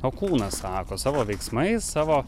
o kūnas sako savo veiksmais savo